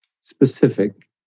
specific